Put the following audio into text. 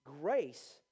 grace